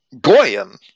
goyim